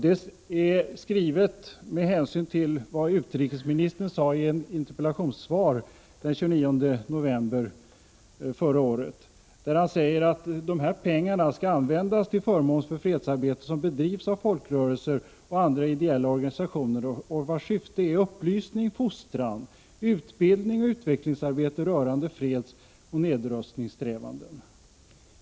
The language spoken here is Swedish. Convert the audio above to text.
Det är skrivet med hänsyn till vad utrikesministern sade i ett interpellationssvar den 29 november förra året. Han sade då att de här pengarna skall användas till förmån för fredsarbete som bedrivs av folkrörelser och andra ideella organisationer, vilkas syfte är upplysning, fostran, utbildning och utvecklingsarbete rörande fredsoch nedrustningssträvandena.